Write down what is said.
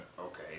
okay